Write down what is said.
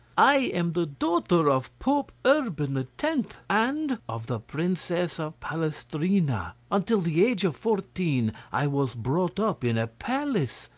i am the daughter of pope urban x, ten and of the princess of palestrina. until the age of fourteen i was brought up in a palace,